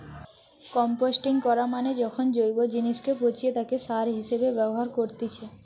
composting করা মানে যখন জৈব জিনিসকে পচিয়ে তাকে সার হিসেবে ব্যবহার করেতিছে